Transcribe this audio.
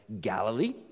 Galilee